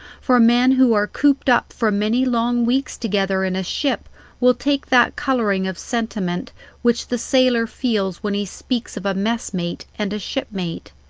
for men who are cooped up for many long weeks together in a ship will take that colouring of sentiment which the sailor feels when he speaks of a messmate and a shipmate.